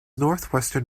northwestern